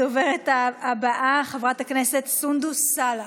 הדוברת הבאה, חברת הכנסת סונדוס סאלח.